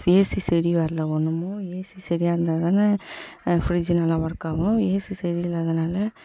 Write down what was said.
AC சரி வரல ஒன்னுமும் ஏசி சரியா இருந்தால் தானே ஃப்ரிட்ஜு நல்லா ஒர்க்காவும் ஏசி சரியில்லாதனால